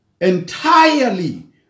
entirely